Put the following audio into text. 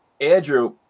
Andrew